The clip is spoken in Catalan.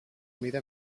mida